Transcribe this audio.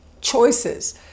choices